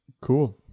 Cool